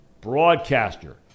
broadcaster